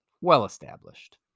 well-established